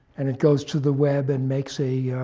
and it goes to the web and makes a